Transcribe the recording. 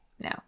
No